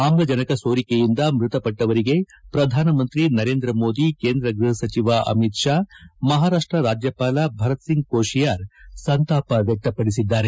ಆಮ್ಲಜನಕ ಸೋರಿಕೆಯಿಂದ ಮೃತಪಟ್ಟವರಿಗೆ ಪ್ರಧಾನಮಂತ್ರಿ ನರೇಂದ್ರ ಮೋದಿ ಕೇಂದ್ರ ಗೃಪ ಸಚಿವ ಅಮಿತ್ ಷಾ ಮಹಾರಾಷ್ಟ ರಾಜ್ಯಪಾಲ ಭರತ್ಸಿಂಗ್ ಕೋಶಿಯಾರ್ ಅವರು ಸಂತಾಪ ವ್ಯಕ್ತಪಡಿಸಿದ್ದಾರೆ